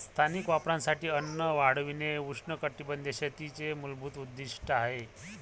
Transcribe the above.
स्थानिक वापरासाठी अन्न वाढविणे उष्णकटिबंधीय शेतीचे मूलभूत उद्दीष्ट आहे